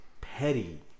petty